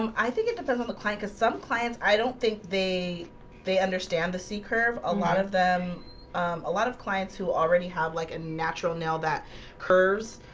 um i think it depends on the client cuz some clients i don't think they they understand the c-curve a lot of them um a lot of clients who already have like a natural nail that curves